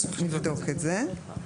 נבדוק את זה.